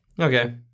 okay